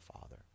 father